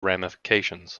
ramifications